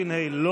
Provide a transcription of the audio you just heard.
ה' לא